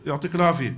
אני רק,